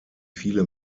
viele